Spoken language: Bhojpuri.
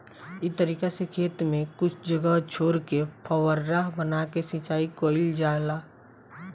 इ तरीका से खेत में कुछ जगह छोर के फौवारा बना के सिंचाई कईल जाला